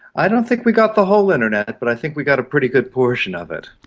i don't think we got the whole internet but i think we got a pretty good portion of it.